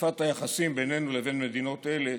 חשיפת היחסים בינינו לבין מדינות אלה,